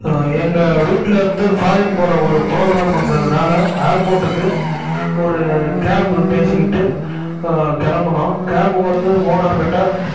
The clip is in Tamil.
எங்கள் வீட்டிலலிருந்து ஃபாரின் போகிற ஒரு ப்ரோக்ராம் இருந்ததுனால் ஏர்போட்டுக்கு ஒரு கேப்பு பேசிகிட்டு கிளம்பணோ கேப்பு வந்து ஓனர்கிட்ட